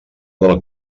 del